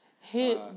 Hit